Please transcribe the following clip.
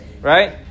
Right